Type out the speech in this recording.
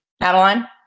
adeline